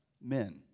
men